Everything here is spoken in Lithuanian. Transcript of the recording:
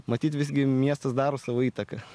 matyt visgi miestas daro savo įtaką